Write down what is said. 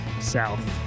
South